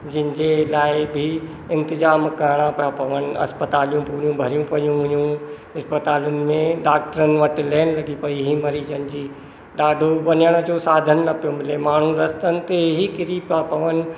जंहिंजे लाइ बि इंतिजामु करिणा पिया पवनि हस्पतालियूं पूरियूं भरी पयूं हस्पतालियूं में डाक्टरनि वटि लाइन लॻी पई मरीजनि जी ॾाढो वेहण जो साधन न पियो मिले माण्हू रस्तनि ते ई किरी पिया पवनि